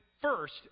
first